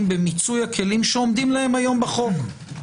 במיצוי הכלים שעומדים להם היום בחוק.